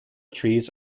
trees